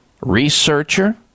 researcher